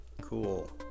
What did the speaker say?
Cool